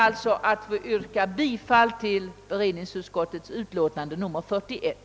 Jag ber att få yrka bifall till allmänna beredningsutskottets hemställan i dess utlåtande nr 41.